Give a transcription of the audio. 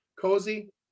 cozy